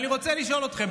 אני רוצה לשאול אתכם,